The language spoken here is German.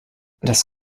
das